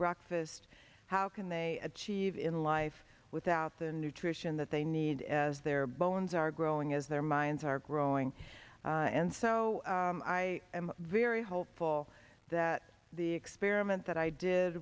breakfast how can they achieve in life without the nutrition that they need as their bones are growing as their minds are growing and so i am very hopeful that the experiment that i did